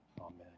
Amen